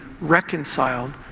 reconciled